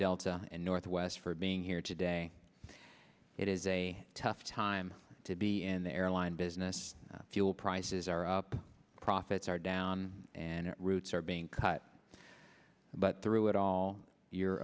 delta and northwest for being here today it is a tough time to be in the airline business fuel prices are up profits are down and routes are being cut but through it all your